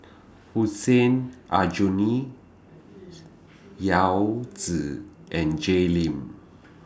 Hussein Aljunied Yao Zi and Jay Lim